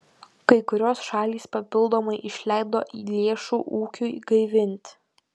kai kurios šalys papildomai išleido lėšų ūkiui gaivinti